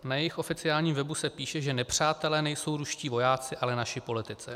Na jejich oficiálním webu se píše, že nepřátelé nejsou ruští vojáci, ale naši politici.